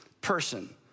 person